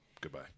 Goodbye